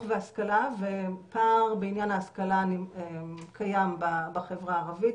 והשכלה ופער בעניין ההשכלה קיים בחברה הערבית,